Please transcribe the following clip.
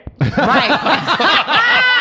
Right